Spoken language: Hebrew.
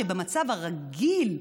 שבמצב הרגיל,